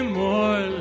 more